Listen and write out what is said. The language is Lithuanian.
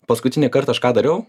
paskutinį kartą aš ką dariau